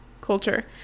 culture